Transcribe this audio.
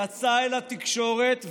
יצא אל התקשורת והודה: